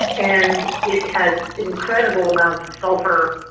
and it has incredible amounts of sulphur,